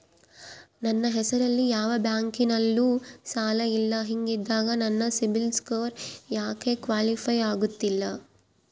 ನನ್ನ ಹೆಸರಲ್ಲಿ ಯಾವ ಬ್ಯಾಂಕಿನಲ್ಲೂ ಸಾಲ ಇಲ್ಲ ಹಿಂಗಿದ್ದಾಗ ನನ್ನ ಸಿಬಿಲ್ ಸ್ಕೋರ್ ಯಾಕೆ ಕ್ವಾಲಿಫೈ ಆಗುತ್ತಿಲ್ಲ?